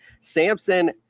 Samson